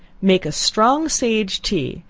make a strong sage tea,